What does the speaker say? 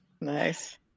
Nice